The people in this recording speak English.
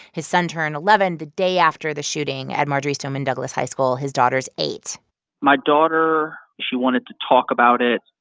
his son turned eleven the day after the shooting at marjory stoneman douglas high school. his daughter's eight point my daughter she wanted to talk about it.